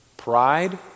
Pride